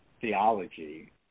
theology